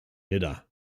nidda